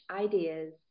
ideas